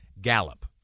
Gallup